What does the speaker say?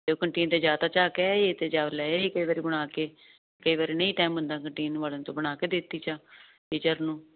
canteen ਤੇ ਜਿਆਦਾ